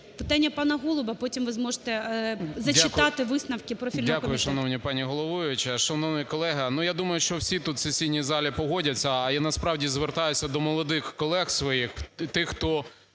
Питання пана Голуба, а потім ви зможете зачитати висновки профільного комітету. 17:03:36 ГОЛУБ В.В. Дякую, шановна пані головуюча. Шановний колега, ну, я думаю, що всі тут в сесійній залі погодяться, а я насправді звертаюся до молодих колег своїх, тих, хто